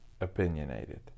opinionated